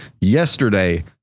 yesterday